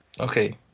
Okay